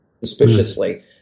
suspiciously